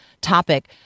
topic